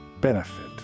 benefit